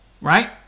right